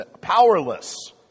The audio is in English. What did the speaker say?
powerless